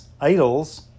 idols